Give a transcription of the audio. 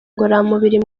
ngororamubiri